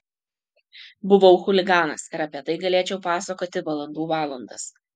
buvau chuliganas ir apie tai galėčiau pasakoti valandų valandas